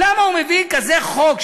למה הוא מביא כזה חוק,